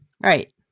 Right